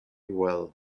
well